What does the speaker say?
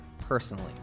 personally